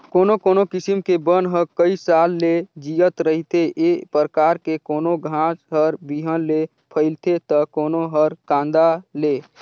कोनो कोनो किसम के बन ह कइ साल ले जियत रहिथे, ए परकार के कोनो घास हर बिहन ले फइलथे त कोनो हर कांदा ले